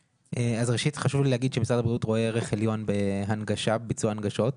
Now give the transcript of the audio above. חשוב לי להגיד שמשרד הבריאות רואה ערך עליון בביצוע הנגשות.